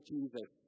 Jesus